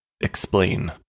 Explain